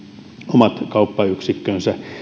omat kauppayksikkönsä